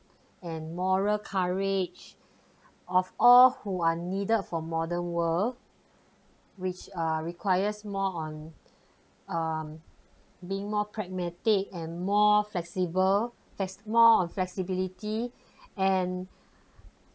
and moral courage of all who are needed for modern world which err requires more on um being more pragmatic and more flexible flex~ more flexibility and